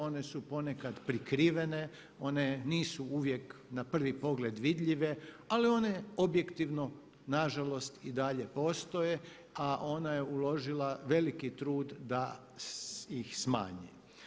One su ponekad prikrivene, one nisu uvijek na prvi pogled vidljive ali one objektivno na žalost i dalje postoje, a ona je uložila veliki trud da ih smanji.